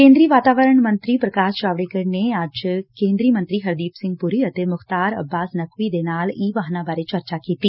ਕੇ'ਦਰੀ ਵਾਤਾਵਰਨ ਮੰਤਰੀ ਪ੍ਰਕਾਸ਼ ਜਾਵੜੇਕਰ ਨੇ ਅੱਜ ਕੇ'ਦਰੀ ਮੰਤਰੀ ਹਰਦੀਪ ਸਿੰਘ ਪੁਰੀ ਅਤੇ ਮੁਖਤਾਰ ਅੱਬਾਸ ਨਕਵੀ ਦੇ ਨਾਲ ਈ ਵਾਹਨਾ ਬਾਰੇ ਚਰਚਾ ਕੀਤੀ